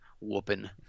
whooping